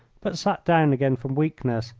but sat down again from weakness,